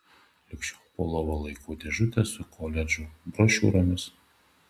lig šiol po lova laikau dėžutę su koledžų brošiūromis